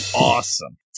awesome